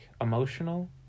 emotional